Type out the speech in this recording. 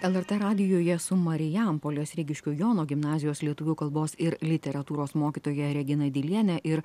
lrt radijuje su marijampolės rygiškių jono gimnazijos lietuvių kalbos ir literatūros mokytoja regina diliene ir